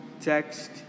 text